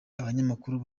abanyamakuru